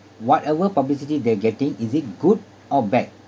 whatever publicity they're getting is it good or bad